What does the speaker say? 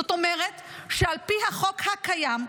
זאת אומרת שעל פי החוק הקיים,